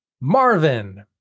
Marvin